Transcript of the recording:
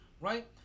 right